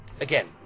again